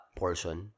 portion